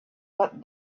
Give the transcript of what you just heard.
but